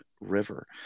river